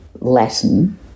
Latin